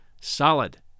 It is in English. Solid